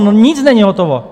No nic není hotovo.